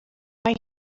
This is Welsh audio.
mae